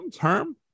term